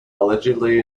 allegedly